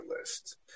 list